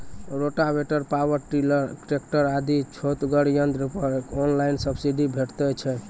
Rotavator, power tiller, tractor आदि छोटगर यंत्र पर ऑनलाइन सब्सिडी भेटैत छै?